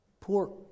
Poor